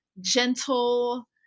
gentle